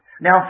Now